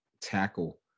tackle